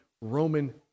Roman